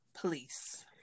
police